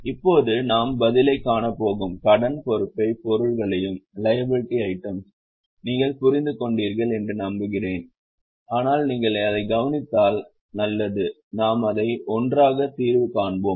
இப்போது நாம் பதிலைக் காணப் போகும் கடன் பொறுப்புப் பொருள்களையும் நீங்கள் புரிந்து கொண்டீர்கள் என்று நம்புகிறேன் ஆனால் நீங்கள் அதைக் கவனித்தால் நல்லது நாம் அதை ஒன்றாகத் தீர்வு காண்போம்